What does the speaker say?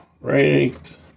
right